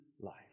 life